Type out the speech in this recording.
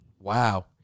wow